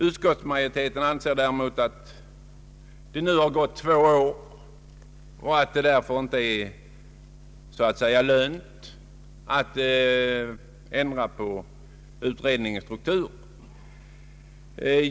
Utskottsmajoriteten anser däremot att det nu har gått två år och att det därför inte är lönt att ändra på utredningens struktur.